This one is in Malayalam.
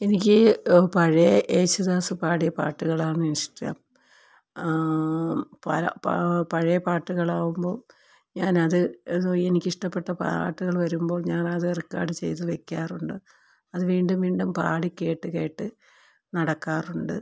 എനിക്ക് പഴയ യേശുദാസ് പാടിയ പാട്ടുകളാണ് ഇഷ്ടം പഴയ പാട്ടുകളാവുമ്പോൾ ഞാൻ അത് എന്ത് ചെയ്യും എനിക്ക് ഇഷ്ടപ്പെട്ട പാട്ടുകൾ വരുമ്പോൾ ഞാൻ അത് റിക്കാർഡ് ചെയ്ത് വയ്ക്കാറുണ്ട് അത് വീണ്ടും വീണ്ടും പാടി കേട്ട് കേട്ട് നടക്കാറുണ്ട്